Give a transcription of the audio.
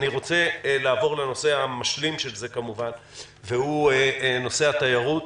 אני רוצה לעבור לנושא המשלים של זה והוא נושא התיירות,